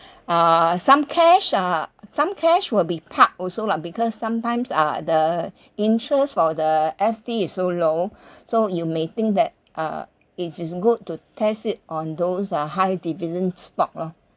uh some cash uh some cash will be park also lah because sometimes uh the interest for the F_D is so low so you may think that uh it is good to test it on those uh high dividend stocks lor